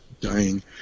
dying